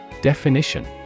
Definition